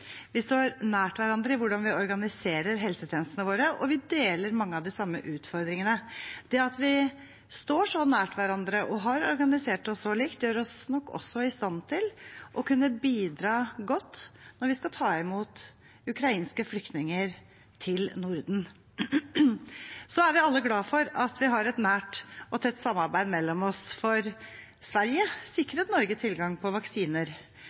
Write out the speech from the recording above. Vi står nær hverandre i hvordan vi organiserer helsetjenestene våre, og vi deler mange av de samme utfordringene. Det at vi står så nær hverandre og har organisert oss så likt, gjør oss nok også i stand til å kunne bidra godt når vi skal ta imot ukrainske flyktninger til Norden. Så er vi alle glade for at det er et nært og tett samarbeid mellom oss, for Sverige sikret Norge tilgang på vaksiner